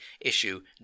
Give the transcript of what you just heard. issue